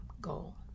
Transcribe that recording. goal